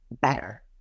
better